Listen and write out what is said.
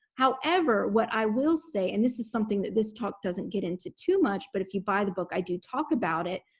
however, what i will say and this is something that this talk doesn't get into too much, but if you buy the book i do talk about it,